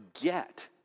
get